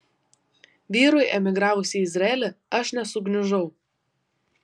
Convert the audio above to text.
vyrui emigravus į izraelį aš nesugniužau